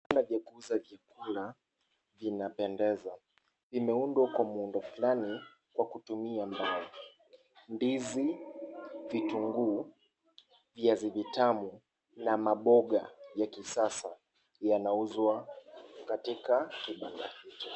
Vibanda vya kuuza vyakula vinapendeza. Vimeundwa kwa muundo fulani kwa kutumia mbao. Ndizi, vitunguu, viazi vitamu na maboga ya kisasa yanauzwa katika kibanda hicho.